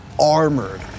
armored